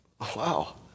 Wow